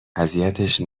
اذیتش